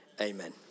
amen